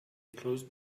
closed